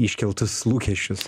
iškeltus lūkesčius